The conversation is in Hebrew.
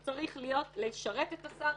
הוא צריך לשרת את השר,